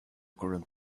current